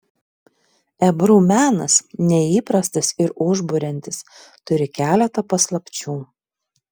ebru menas neįprastas ir užburiantis turi keletą paslapčių